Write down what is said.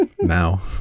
now